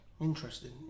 interesting